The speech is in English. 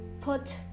put